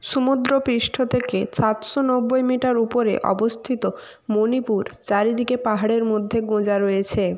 সমুদ্রপৃষ্ঠ থেকে সাতশো নব্বই মিটার উপরে অবস্থিত মণিপুর চারিদিকে পাহাড়ের মধ্যে গোঁজা রয়েছে